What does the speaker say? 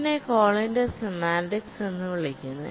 ഇതിനെ കോളിന്റെ സെമാന്റിക്സ് എന്ന് വിളിക്കുന്നു